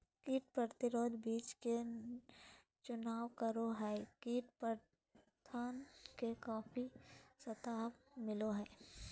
कीट प्रतिरोधी बीज के चुनाव करो हइ, कीट प्रबंधन में काफी सहायता मिलैय हइ